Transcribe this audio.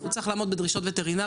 הוא צריך לעמוד בדרישות וטרינריות,